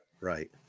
Right